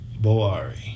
Boari